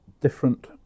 different